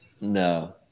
No